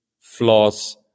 flaws